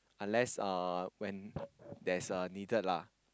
unless uh when there's a needed lah